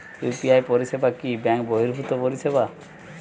UPI পরিসেবা কি bank বর্হিভুত পরিসেবা?